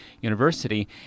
University